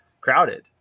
crowded